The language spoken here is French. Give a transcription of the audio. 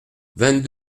vingt